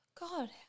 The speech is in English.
God